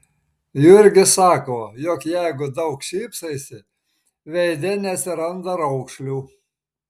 jurgis sako jog jeigu daug šypsaisi veide neatsiranda raukšlių